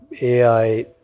AI